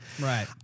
Right